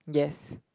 yes